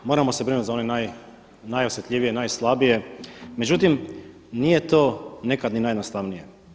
Moramo se brinuti za one najosjetljivije, najslabije, međutim nije to nekada ni najjednostavnije.